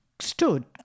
stood